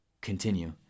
continue